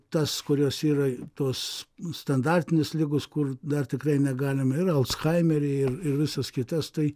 tas kurios yra tos standartinės ligos kur dar tikrai negalime ir alzhaimerį ir ir visas kitas tai